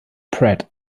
pratt